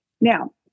Now